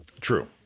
True